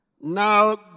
Now